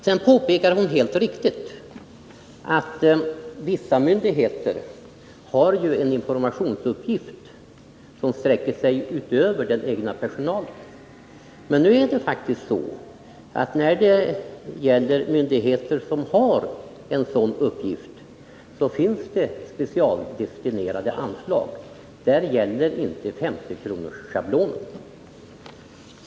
Sedan påpekar Eva Hjelmström alldeles riktigt att vissa myndigheter har eninformationsuppgift som sträcker sig utöver den egna personalen. Men nu är det faktiskt så att för myndigheter som har en sådan uppgift finns det specialdestinerade anslag. Där gäller inte 50-kronorsscablonen.